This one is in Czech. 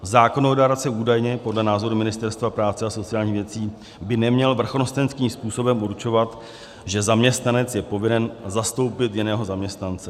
Zákonodárce údajně, podle názoru Ministerstva práce a sociálních věcí, by neměl vrchnostenským způsobem určovat, že zaměstnanec je povinen zastoupit jiného zaměstnance.